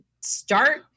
start